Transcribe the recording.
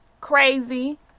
crazy